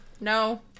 No